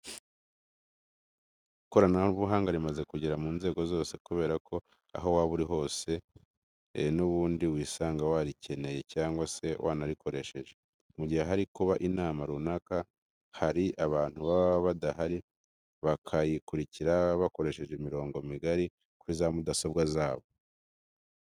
Ikoranabuhanga rimaze kugera mu nzego zose kubera ko aho waba uri aho ari ho hose n'ubundi wisanga warikeneye cyangwa se wanarikoresheje. Mu gihe hari kuba inama runaka hari abantu baba badahari bakayikurikirana bakoresheje imirongo migari kuri za mudasobwa zabo.